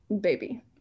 baby